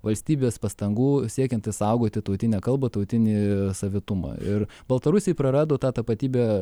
valstybės pastangų siekiant išsaugoti tautinę kalbą tautinį savitumą ir baltarusiai prarado tą tapatybę